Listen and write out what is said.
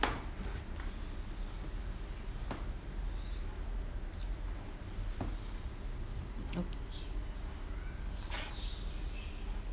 okay